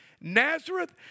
Nazareth